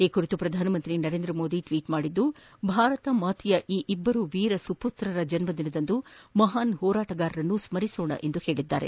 ಈ ಕುರಿತು ಪ್ರಧಾನಿ ನರೇಂದ್ರ ಮೋದಿ ಟ್ವೀಟ್ ಮಾಡಿದ್ದು ಭಾರತ ಮಾತೆಯ ಇಬ್ಬರು ವೀರ ಸುಪುತ್ರರ ಜನ್ಲದಿನದಂದು ಮಹಾನ್ ಹೋರಾಟಗಾರರನ್ನು ಸ್ಮರಿಸೋಣ ಎಂದಿದ್ದಾರೆ